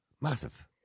Massive